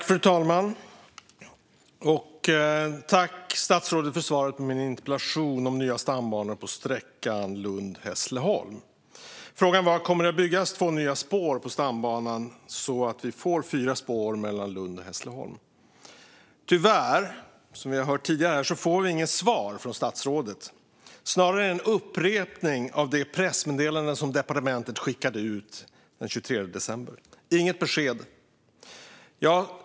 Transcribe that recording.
Fru talman! Jag tackar statsrådet för svaret på min interpellation om nya stambanor på sträckan Lund-Hässleholm. Frågan var om det kommer att byggas två nya spår på stambanan så att vi får fyra spår mellan Lund och Hässleholm. Tyvärr, som vi har hört tidigare här, får vi inget svar från statsrådet utan snarare en upprepning av det pressmeddelande som departementet skickade ut den 23 december. Det ges inga besked.